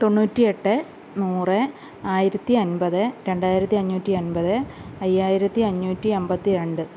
തൊണ്ണൂറ്റിയെട്ട് നൂറ് ആയിരത്തി അൻപത് രണ്ടായിരത്തി അഞ്ഞൂറ്റി അൻപത് അയ്യായിരത്തി അഞ്ഞൂറ്റി എമ്പത്തിരണ്ട്